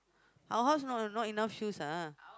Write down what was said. our house not not enough shoes ah